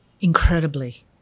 incredibly